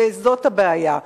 וזאת הבעיה.